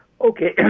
Okay